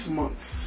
months